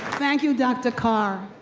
thank you, dr. carr.